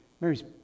Mary's